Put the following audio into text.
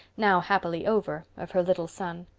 now happily over, of her little son.